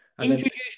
Introduce